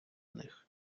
них